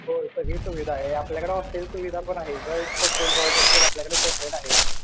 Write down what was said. हो सगळी सुविधा आहे आपल्याकडं हॉस्टेल सुविधा पण आहे गर्ल्स हॉटेल बॉईज हॉस्टेल आल्याकडे सेपरेट आहे